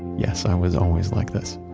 yes, i was always like this.